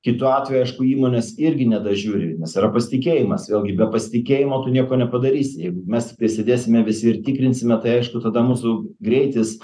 kitu atveju aišku įmonės irgi nedažiūri nes yra pasitikėjimas vėl gi be pasitikėjimo tu nieko nepadarysi jeigu mes prisidėsime visi ir tikrinsime tai aišku tada mūsų greitis